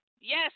Yes